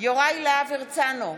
יוראי להב הרצנו,